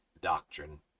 doctrine